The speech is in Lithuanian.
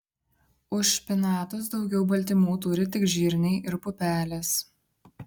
už špinatus daugiau baltymų turi tik žirniai ir pupelės